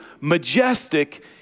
majestic